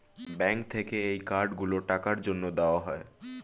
bank থেকে এই card গুলো টাকার জন্যে দেওয়া হয়